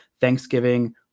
Thanksgiving